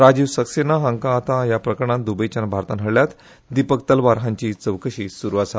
राजीव सक्सेना हांकां आतां ह्या प्रकरणांत द्बयच्यान भारतांत हाडल्यात दीपक तल्वार हांचीय चवकशी सुरू आसा